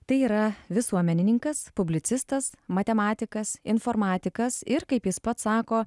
tai yra visuomenininkas publicistas matematikas informatikas ir kaip jis pats sako